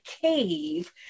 cave